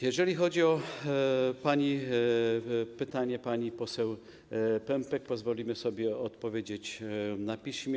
Jeżeli chodzi o pytanie pani poseł Pępek, pozwolimy sobie odpowiedzieć na piśmie.